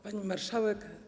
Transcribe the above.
Pani Marszałek!